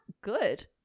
good